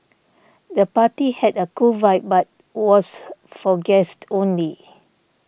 the party had a cool vibe but was for guests only